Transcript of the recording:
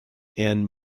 and